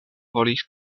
volis